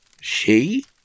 She